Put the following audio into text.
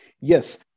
Yes